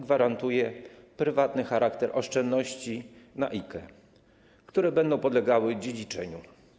Gwarantuje prywatny charakter oszczędności na IKE, które będą podlegały dziedziczeniu.